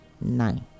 nine